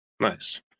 Nice